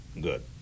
Good